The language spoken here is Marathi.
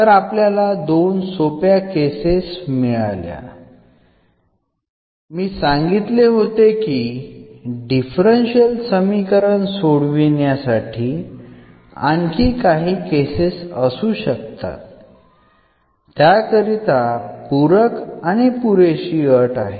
तर आपल्याला दोन सोप्या केसेस मिळाल्या मी सांगितले होते की डिफरन्शियल समीकरण सोडवण्यासाठी आणखी काही केसेस असू शकतात त्याकरिता पूरक आणि पुरेशी अट आहे